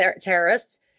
terrorists